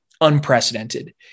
unprecedented